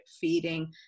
feeding